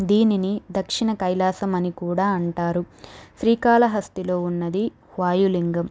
దీనిని దక్షిణ కైలాసం అని కూడా అంటారు శ్రీకాళహస్తిలో ఉన్నది వాయు లింగం